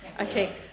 Okay